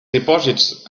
dipòsits